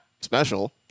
special